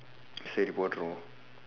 சரி போட்டுருவோம்:sari pootduruvoom